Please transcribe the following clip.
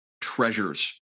treasures